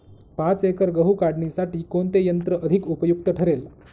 पाच एकर गहू काढणीसाठी कोणते यंत्र अधिक उपयुक्त ठरेल?